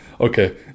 okay